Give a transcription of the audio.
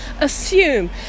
assume